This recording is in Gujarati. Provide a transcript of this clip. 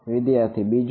વિદ્યાર્થી બીજું